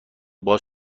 باز